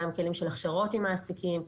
של הכשרות עם מעסיקים.